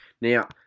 Now